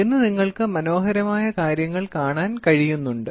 ഇന്ന് നിങ്ങൾക്ക് മനോഹരമായ കാര്യങ്ങൾ കാണാൻ കഴിയുന്നുണ്ട്